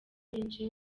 benshi